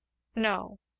no,